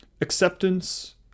acceptance